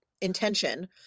intention